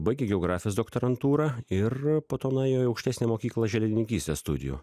baigė geografos doktorantūrą ir po to nuėjo į aukštesnę mokyklą žėlininkystės studijų